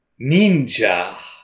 Ninja